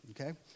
Okay